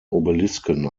obelisken